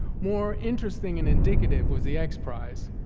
more interesting and indicative was the x prize,